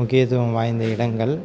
முக்கியத்துவம் வாய்ந்த இடங்கள்